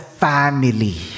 family